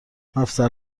مفصل